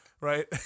right